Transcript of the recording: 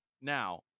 Now